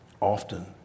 often